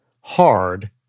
hard